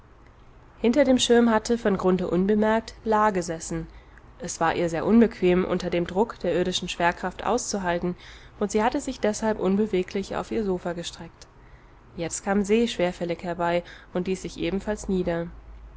hinter dem schirm hatte von grunthe unbemerkt la gesessen es war ihr sehr unbequem unter dem druck der irdischen schwerkraft auszuhalten und sie hatte sich deshalb unbeweglich auf ihr sofa gestreckt jetzt kam se schwerfällig herbei und ließ sich ebenfalls nieder